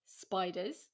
spiders